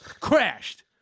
Crashed